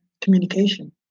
communication